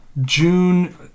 June